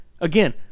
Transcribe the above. Again